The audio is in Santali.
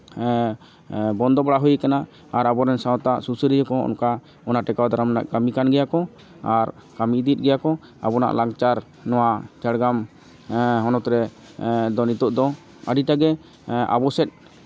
ᱵᱚᱱᱫᱚ ᱵᱟᱲᱟ ᱦᱩᱭ ᱟᱠᱟᱱᱟ ᱟᱨ ᱟᱵᱚᱨᱮᱱ ᱥᱟᱶᱛᱟ ᱥᱩᱥᱟᱹᱨᱤᱭᱟᱹ ᱠᱚᱦᱚᱸ ᱚᱱᱠᱟ ᱚᱱᱟ ᱴᱮᱠᱟᱣ ᱫᱟᱨᱟᱢ ᱨᱮᱱᱟᱜ ᱠᱟᱹᱢᱤ ᱠᱟᱱ ᱜᱮᱭᱟ ᱠᱚ ᱟᱨ ᱠᱟᱹᱢᱤ ᱤᱫᱤᱭᱮᱫ ᱜᱮᱭᱟ ᱠᱚ ᱟᱵᱚᱱᱟᱜ ᱞᱟᱠᱪᱟᱨ ᱱᱚᱣᱟ ᱡᱷᱟᱲᱜᱨᱟᱢ ᱦᱚᱱᱚᱛ ᱨᱮ ᱟᱫᱚ ᱱᱤᱛᱚᱜ ᱫᱚ ᱟᱹᱰᱤᱴᱟᱜᱮ ᱟᱵᱚ ᱥᱮᱫ